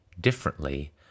differently